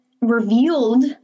revealed